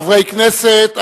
חברי הכנסת,